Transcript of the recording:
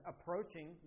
approaching